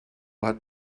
hat